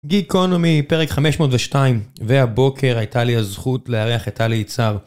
גיקונומי פרק 502, והבוקר הייתה לי הזכות לארח את טלי יצהר